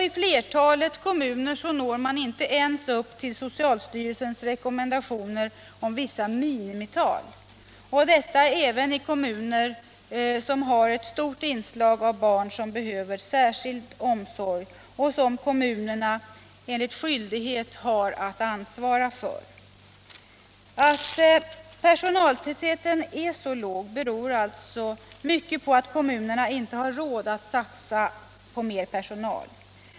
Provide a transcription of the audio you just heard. I flertalet kommuner når man inte ens upp till socialstyrelsens rekommendationer om vissa minimital — detta även i kommuner med ett stort inslag av barn som behöver särskild omsorg, som kommunerna har skyldighet att ansvara för. Att personaltätheten är så låg beror alltså mycket på att kommunerna inte har råd att satsa på mer personal.